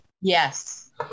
Yes